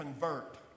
convert